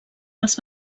els